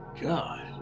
God